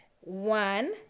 one